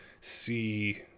see